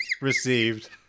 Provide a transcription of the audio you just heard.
received